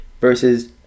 versus